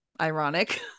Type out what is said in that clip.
ironic